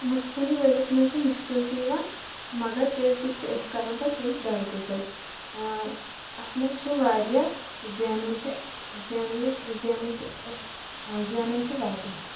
مُش کُنہِ ؤریَس منٛز چھِ مُشکِل تہِ یِوان مگر تیٚلہِ تہِ چھِ أسۍ کَران پَتہٕ تِم دَرگُزر اَتھ منٛز چھُ واریاہ زینُن تہِ زیننُک زینُن تہِ أسۍ زینَن تہِ واریاہ